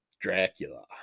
Dracula